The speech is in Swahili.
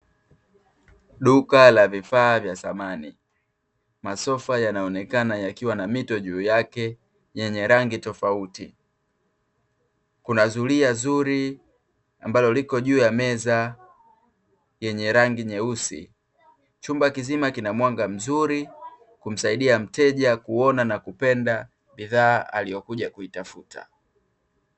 Duka la vifaa vya samani, masofa yanaonekana yakiwa na mito juu yake yenye rangi tofauti, kuna zuria zuri ambalo liko juu ya meza yenye rangi nyeusi, chumba kizima kina mwanga mzuri kumsaidia mteja kuona na kupenda bidhaa aliyokuja kuitafuta.